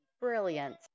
brilliant